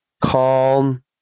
calm